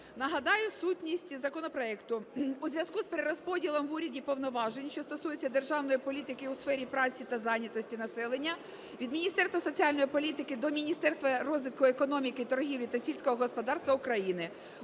Нагадаю сутність законопроекту. У зв'язку з перерозподілом в уряді повноважень, що стосуються державної політики у сфері праці та зайнятості населення, від Міністерства соціальної політики до Міністерства розвитку економіки, торгівлі та сільського господарства України,